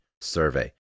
survey